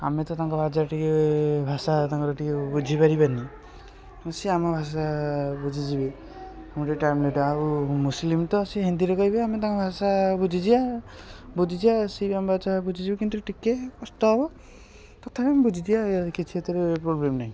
ଆମେ ତ ତାଙ୍କ ଭାଯା ଟିକିଏ ଭାଷା ତାଙ୍କର ଟିକିଏ ବୁଝିପାରିବାନି କିନ୍ତୁ ସିଏ ଆମ ଭାଷା ବୁଝିଯିବେ ଆଉ ମୁସଲିମ ତ ସିଏ ହିନ୍ଦୀରେ କହିବେ ଆମେ ତାଙ୍କ ଭାଷା ବୁଝିଯିବା ବୁଝିଯିବା ସିଏ ବି ଆମ ଭାଷା ବୁଝିଯିବେ କିନ୍ତୁ ଟିକିଏ କଷ୍ଟ ହେବ ତଥାପି ଆମେ ବୁଝିଯିବା ଇଏ କିଛି ସେଥିରେ ପ୍ରୋବ୍ଲେମ୍ ନାହିଁ